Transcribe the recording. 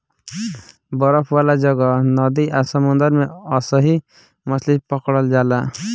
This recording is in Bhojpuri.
बरफ वाला जगह, नदी आ समुंद्र में अइसही मछली पकड़ल जाला